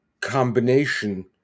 combination